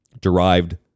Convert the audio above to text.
Derived